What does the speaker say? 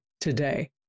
today